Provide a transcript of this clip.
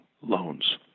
loans